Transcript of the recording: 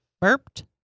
Burped